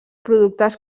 productes